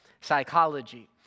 psychology